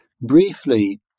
briefly